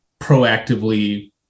proactively